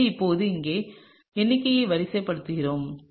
எனவே இப்போது இங்கே எண்ணிக்கையை வரிசைப்படுத்துகிறேன்